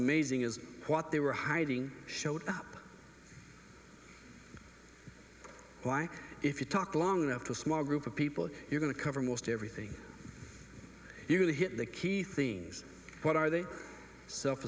amazing is what they were hiding showed up why if you talk long enough to a small group of people you're going to cover most everything you hit the key things what are they self